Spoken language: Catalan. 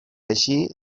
així